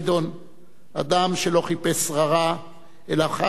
אדם שלא חיפש שררה אלא בחר בשירות,